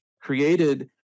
created